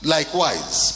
Likewise